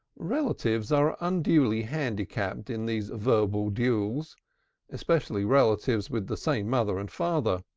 relatives are unduly handicapped in these verbal duels especially relatives with the same mother and father.